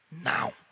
now